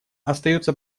остается